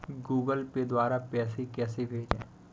Google Pay द्वारा पैसे कैसे भेजें?